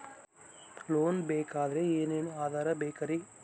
Loan ಬೇಕಾದ್ರೆ ಏನೇನು ಆಧಾರ ಬೇಕರಿ?